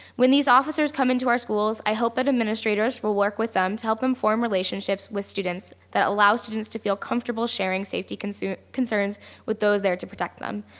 when these officers come into our schools, i hope that administrators will work with them to help form relationships with students that allows students to feel comfortable sharing safety concerns concerns with those there to protect them.